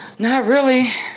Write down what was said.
not really.